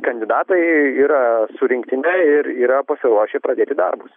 kandidatai yra su rinktine ir yra pasiruošę pradėti darbus